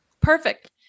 Perfect